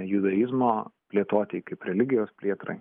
judaizmo plėtotei kaip religijos plėtrai